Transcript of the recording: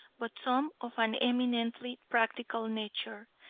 but some of an eminently practical nature,